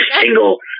single